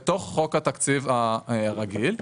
בחוק התקציב הרגיל,